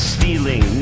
Stealing